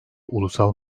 ulusal